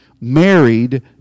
married